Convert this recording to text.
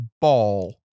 ball